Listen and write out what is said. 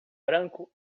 branco